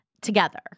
together